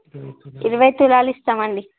ఇరవై తులాలు ఇస్తామండి